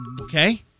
Okay